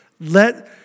Let